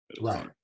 right